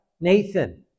Nathan